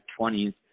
20s